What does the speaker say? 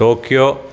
Tokyo